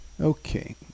okay